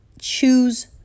Choose